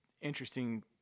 interesting